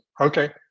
Okay